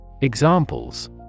Examples